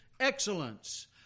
Excellence